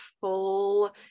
full